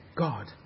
God